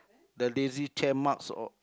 the lazy chair marks or